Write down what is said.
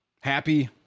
happy